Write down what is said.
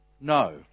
No